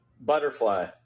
Butterfly